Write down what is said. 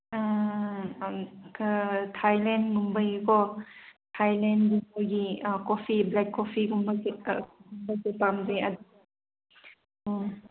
ꯈꯔ ꯊꯥꯏꯂꯦꯟꯒꯨꯝꯕꯒꯤꯀꯣ ꯊꯥꯏꯂꯦꯟꯒꯨꯝꯕꯒꯤ ꯀꯣꯐꯤ ꯕ꯭ꯂꯦꯛ ꯀꯣꯐꯤꯒꯨꯝꯕꯒꯤ ꯄꯥꯝꯗꯦ